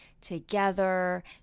together